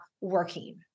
working